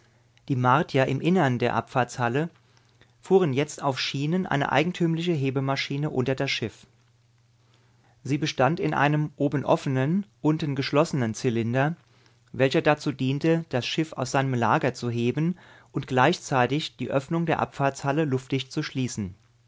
die martier im innern der abfahrtshalle fuhren jetzt auf schienen eine eigentümliche hebemaschine unter das schiff sie bestand in einem oben offenen unten geschlossenen zylinder welcher dazu diente das schiff aus seinem lager zu heben und gleichzeitig die öffnung der abfahrtshalle luftdicht zu schließen